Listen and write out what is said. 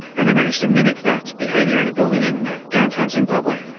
and they managed to mimic that behaviour in a building in downtown zimbabwe.